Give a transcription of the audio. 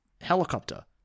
helicopter